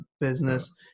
business